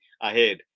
ahead